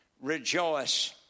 rejoice